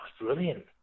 brilliant